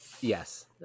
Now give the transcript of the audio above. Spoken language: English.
yes